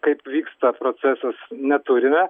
kaip vyksta procesas neturime